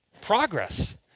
progress